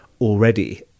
already